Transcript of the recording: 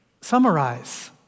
summarize